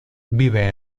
vive